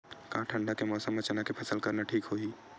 का ठंडा के मौसम म चना के फसल करना ठीक होही?